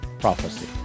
PROPHECY